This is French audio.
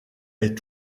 est